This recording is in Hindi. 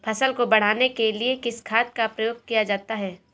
फसल को बढ़ाने के लिए किस खाद का प्रयोग किया जाता है?